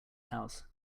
house